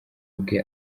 bwe